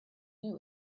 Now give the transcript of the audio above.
new